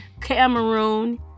Cameroon